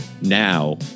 Now